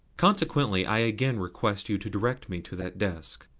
consequently i again request you to direct me to that desk.